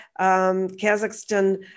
Kazakhstan